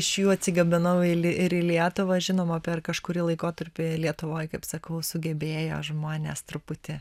iš jų atsigabenau ili ir į lietuvą žinoma per kažkurį laikotarpį lietuvoj kaip sakau sugebėjo žmonės truputį